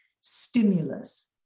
stimulus